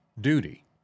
duty